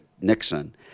Nixon